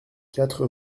quatre